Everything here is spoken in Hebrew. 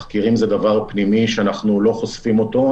תחקירים זה דבר פנימי שאנחנו לא חושפים אותו,